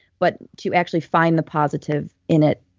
but to actually find the positive in it